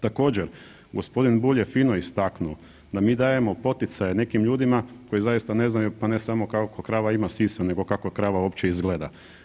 Također, g. Bulj je fino istaknuo da mi dajemo poticaje nekim ljudima koji zaista ne znaju, pa ne samo koliko krava ima sisa nego kako krava uopće izgleda.